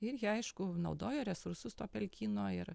ir jie aišku naudojo resursus to pelkyno ir